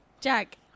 Jack